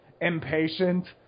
impatient